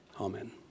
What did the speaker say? Amen